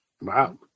Wow